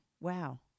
Wow